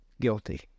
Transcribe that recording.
Guilty